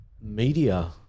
media